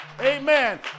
Amen